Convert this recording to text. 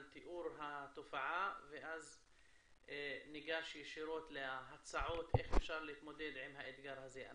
תיאור התופעה ואז ניגש ישירות להצעות איך אפשר להתמודד עם האתגר הזה.